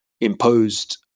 imposed